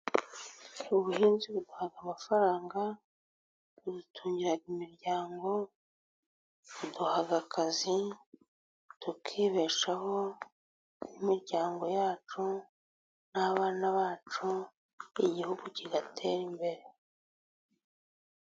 Ubuhinzi butanga amafaranga, budutungira imiryango, buduha akazi tukibeshaho n'imiryango yacu n'abana bacu, igihugu kigatera imbere.